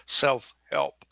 self-help